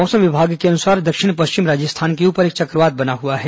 मौसम विभाग के अनुसार दक्षिण पश्चिम राजस्थान के ऊपर एक चक्रवात बना हुआ है